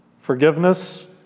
forgiveness